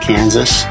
Kansas